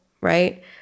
right